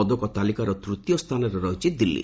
ପଦକ ତାଲିକାର ତୃତୀୟ ସ୍ଥାନରେ ରହିଛି ଦିଲ୍ଲୀ